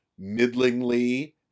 middlingly